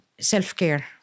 Self-care